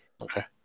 Okay